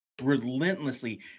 relentlessly